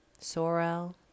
Sorrel